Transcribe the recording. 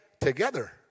together